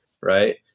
right